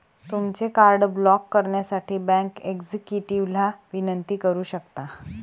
तुमचे card block करण्यासाठी bank एक्झिक्युटिव्हला विनंती करू शकता